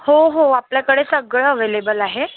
हो हो आपल्याकडे सगळं अवलेबल आहे